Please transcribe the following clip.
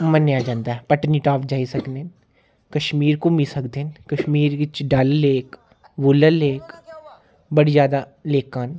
मन्नेआ जंदा पटनीटॉप जाई सकने न कश्मीर घूमी सकदे न कश्मीर बिच्च डल लेक भुल्लर लेक बड़ी ज्यादा लेकां न